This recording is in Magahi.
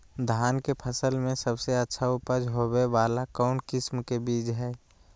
धान के फसल में सबसे अच्छा उपज होबे वाला कौन किस्म के बीज हय?